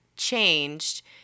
changed